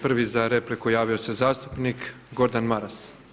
Prvi za repliku javio se zastupnik Gordan Maras.